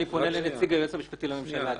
אני פונה לנציג היועץ המשפטי לממשלה,